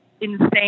insane